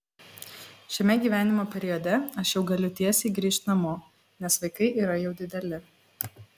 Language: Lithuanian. šiame gyvenimo periode aš jau galiu tiesiai grįžt namo nes vaikai yra jau dideli